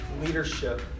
leadership